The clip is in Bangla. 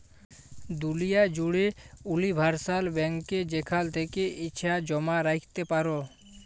দুলিয়া জ্যুড়ে উলিভারসাল ব্যাংকে যেখাল থ্যাকে ইছা জমা রাইখতে পারো